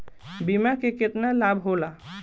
बीमा के केतना लाभ होला?